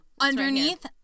Underneath